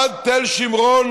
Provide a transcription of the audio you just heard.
עד תל שמרון,